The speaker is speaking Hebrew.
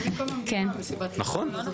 נכון, נכון.